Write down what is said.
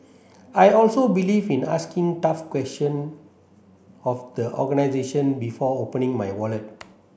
I also believe in asking tough question of the organisation before opening my wallet